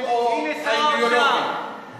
שתהיה לכם קצת יושרה,